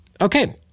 Okay